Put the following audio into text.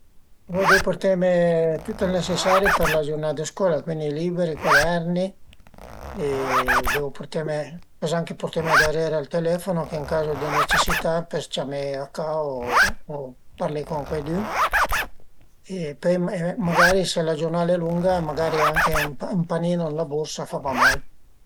Se ël cuader al e cit t'ie büte ün cit ganciu, pìe ën cio d'asèl e t'la piante ënt ël mur e lu pende e al e finì li. Se ël cuader ënvece al e gros venta gia fe dui pertüs, büté dui tasei e ënvizeie e büté bin ën pian cun la bula d'aria ël cuader